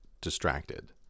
distracted